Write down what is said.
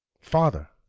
Father